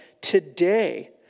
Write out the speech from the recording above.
today